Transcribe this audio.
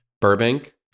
Burbank